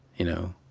you know.